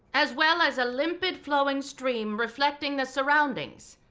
as well as a limpid flowing stream reflecting the surroundings.